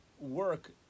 work